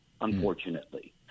unfortunately